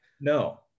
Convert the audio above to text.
No